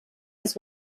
his